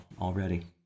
already